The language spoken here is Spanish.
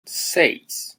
seis